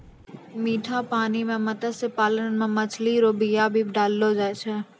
मीठा पानी मे मत्स्य पालन मे मछली रो बीया भी डाललो जाय छै